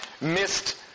missed